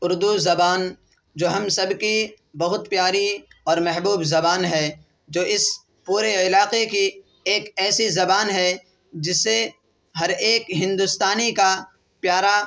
اردو زبان جو ہم سب کی بہت پیاری اور محبوب زبان ہے جو اس پورے علاقے کی ایک ایسی زبان ہے جس سے ہر ایک ہندوستانی کا پیار